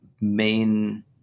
main